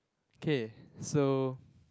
K so